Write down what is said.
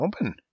open